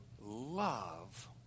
love